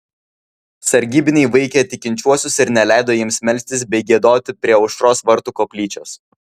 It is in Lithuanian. sargybiniai vaikė tikinčiuosius ir neleido jiems melstis bei giedoti prie aušros vartų koplyčios